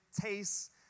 taste